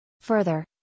Further